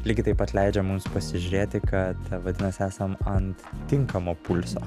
lygiai taip pat leidžia mums pasižiūrėti kad vadinas esam ant tinkamo pulso